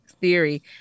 theory